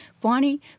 Bonnie